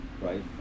right